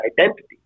identity